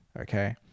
okay